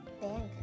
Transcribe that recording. bank